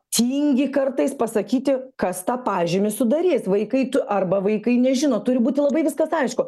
tingi kartais pasakyti kas tą pažymį sudarys vaikai arba vaikai nežino turi būti labai viskas aišku